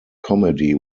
comedy